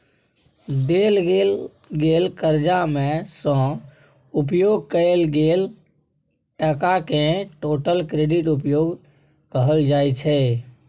देल गेल करजा मे सँ उपयोग कएल गेल टकाकेँ टोटल क्रेडिट उपयोग कहल जाइ छै